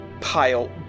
pile